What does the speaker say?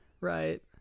Right